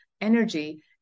energy